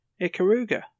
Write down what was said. Ikaruga